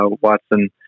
Watson